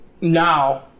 now